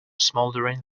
smouldering